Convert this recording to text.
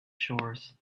shores